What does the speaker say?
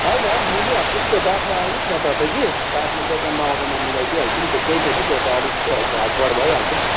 होइन मिलिहाल्छ नि त्यो बादमा आउनुहोस् न तपाईँ कि बादमा दोकानमा आउँदा म मिलाइदिई हाल्छु नि त्यो केही छैन त्यो त अलिक घटबड भइहाल्छ